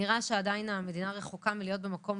נראה שהמדינה עדיין רחוקה מלהיות במקום